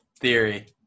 theory